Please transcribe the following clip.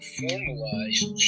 formalized